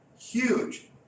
huge